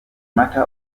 matter